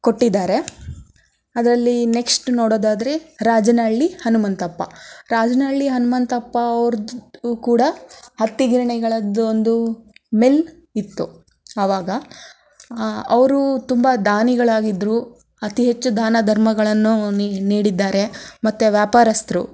ಕೊಟ್ಟಿದ್ದಾರೆ ಅದರಲ್ಲಿ ನೆಕ್ಸ್ಟ್ ನೋಡೋದಾದ್ರೆ ರಾಜನಹಳ್ಳಿ ಹನುಮಂತಪ್ಪ ರಾಜನಹಳ್ಳಿ ಹನುಮಂತಪ್ಪ ಅವರದು ಕೂಡ ಹತ್ತಿ ಗಿರಣಿಗಳದ್ದು ಒಂದು ಮಿಲ್ ಇತ್ತು ಆವಾಗ ಅವರು ತುಂಬ ದಾನಿಗಳಾಗಿದ್ದರು ಅತಿ ಹೆಚ್ಚು ದಾನ ಧರ್ಮಗಳನ್ನು ನೀದ್ ನೀಡಿದ್ದಾರೆ ಮತ್ತು ವ್ಯಾಪಾರಸ್ಥರು